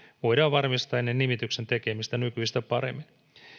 voidaan varmistaa ennen nimityksen tekemistä nykyistä paremmin